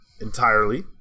entirely